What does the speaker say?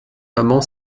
maman